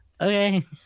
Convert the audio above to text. Okay